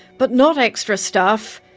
but not extra staff.